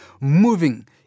moving